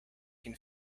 can